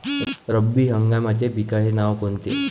रब्बी हंगामाच्या पिकाचे नावं कोनचे?